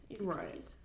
Right